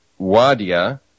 Wadia